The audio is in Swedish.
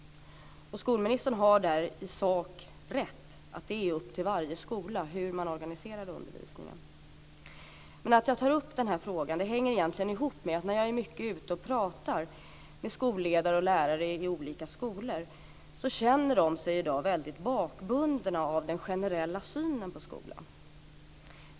Skolministern har rätt i sak om att det är upp till varje skola hur man organiserar undervisningen. Men att jag tar upp frågan hänger egentligen ihop med att skolledare och lärare som jag pratar med på olika skolor i dag känner sig väldigt bakbundna av den generella synen på skolan.